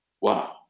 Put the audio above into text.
Wow